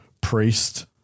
Priest